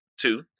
two